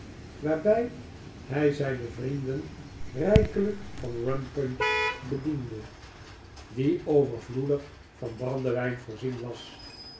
waarbii hij zijne vrienden rijkelijk van rum punch bediende die overvloedig van brandewijn voorzien was